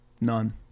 None